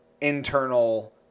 internal